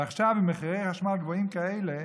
ועכשיו, עם מחירי חשמל גבוהים כאלה,